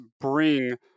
bring